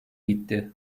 gitti